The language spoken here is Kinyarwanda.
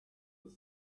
zari